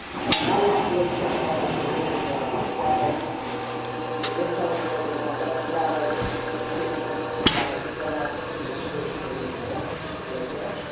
and now what what it's gonna tell us is a little bit more about the product it's gonna tell us a little bit more about the product and just a description of the product in general you can click read more right there.